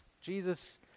Jesus